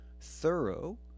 thorough